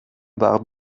war